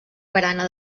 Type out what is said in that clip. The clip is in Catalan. barana